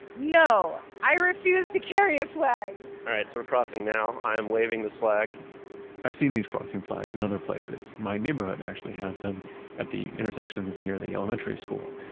no, i refuse to carry a flag! alright, so we're crossing now. i'm waving this flag i've seen these crossing flags in and other places. my neighborhood actually has them at the intersections near the elementary school,